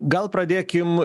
gal pradėkim